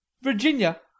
Virginia